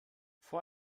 vor